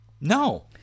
No